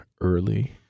early